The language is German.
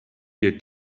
dir